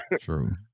true